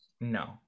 No